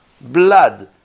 blood